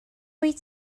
wyt